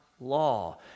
law